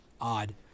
odd